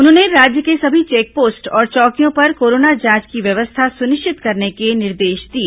उन्होंने राज्य के सभी चेकपोस्ट और चौकियों पर कोरोना जांच की व्यवस्था सुनिश्चित करने के निर्देश दिए